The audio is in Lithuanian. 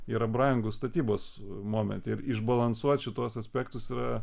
yra brangu statybos momente ir išbalansuoti šituos aspektus yra